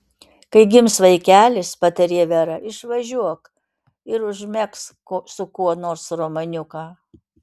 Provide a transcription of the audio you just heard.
kai gims vaikelis patarė vera išvažiuok ir užmegzk su kuo nors romaniuką